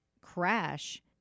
crash